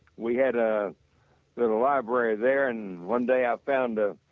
we had a little library there and one day i found a